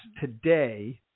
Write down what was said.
today